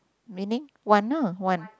meaning one uh one